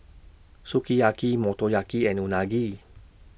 Sukiyaki Motoyaki and Unagi